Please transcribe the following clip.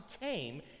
came